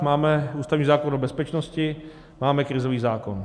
Máme ústavní zákon o bezpečnosti, máme krizový zákon.